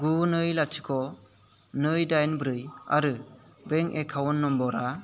गु नै लाथिख' नै दाइन ब्रै आरो बेंक एकाउन्ट नम्बरा